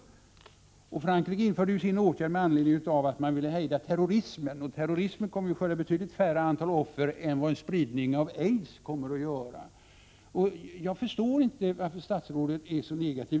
Denna bestämmelse infördes därför att man i Frankrike ville hejda terrorismen. Terrorismen kommer ändå att skörda betydligt färre offer än vad en spridning av aids kommer att göra. Jag förstår inte varför statsrådet är så negativ.